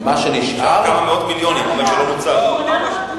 כמה זה בכסף?